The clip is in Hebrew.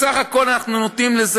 בסך הכול אנחנו אומרים,